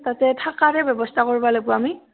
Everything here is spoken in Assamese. তাতে থাকাৰ হে ব্যৱস্থা কৰিব লাগিব আমি